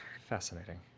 fascinating